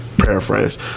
paraphrase